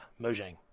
Mojang